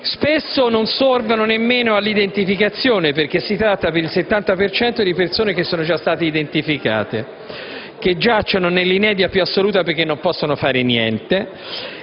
centri non servono nemmeno all'identificazione, perché si tratta per il 70 per cento di persone che sono state già identificate e che giacciono nell'inerzia più assoluta, perché non possono fare niente.